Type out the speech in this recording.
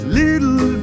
little